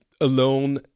alone